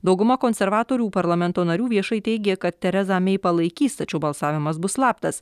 dauguma konservatorių parlamento narių viešai teigė kad terezą mei palaikys tačiau balsavimas bus slaptas